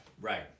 right